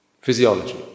physiology